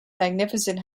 magnificent